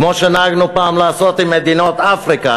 כמו שנהגנו לעשות פעם עם מדינות אפריקה,